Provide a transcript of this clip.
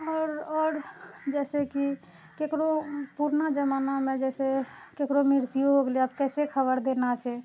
आओर आओर जैसे कि केकरो पुरना जमानामे जैसे केकरो मृत्यु हो गेलै आब कैसे खबर देना छै